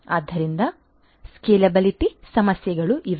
ಆದ್ದರಿಂದ ಸ್ಕೇಲೆಬಿಲಿಟಿ ಸಮಸ್ಯೆಗಳೂ ಇವೆ